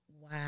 Wow